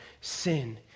sin